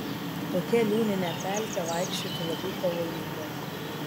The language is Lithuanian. tokia liūnine pelke vaikščioti labai pavojinga